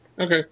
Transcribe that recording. Okay